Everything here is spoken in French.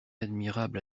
admirable